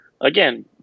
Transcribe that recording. again